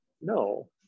No